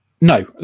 No